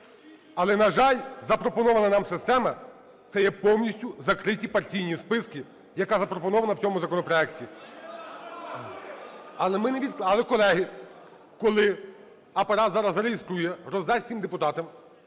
Але, на жаль, запропонована нам система - це є повністю закриті партійні списки, яка запропонована в цьому законопроекті. Але, колеги, коли Апарат зараз зареєструє, роздасть всім депутатам,